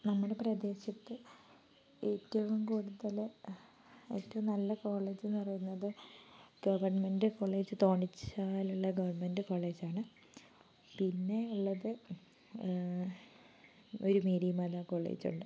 നമ്മുടെ പ്രദേശത്തെ ഏറ്റവും കൂടുതൽ ഏറ്റവും നല്ല കോളേജ് എന്നു പറയുന്നത് ഗവൺമെൻ്റ് കോളേജ് ഉള്ള ഗവൺമെൻ്റ് കോളേജ് ആണ് പിന്നെ ഉള്ളത് ഒരു മേരി മാതാ കോളേജ് ഉണ്ട്